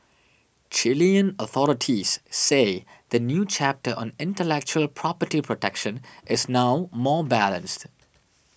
Chilean authorities say the new chapter on intellectual property protection is now more balanced